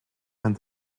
and